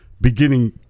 beginning